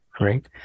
Right